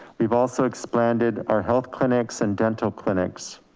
we've also expanded our health clinics and dental clinics.